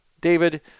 David